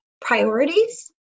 priorities